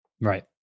Right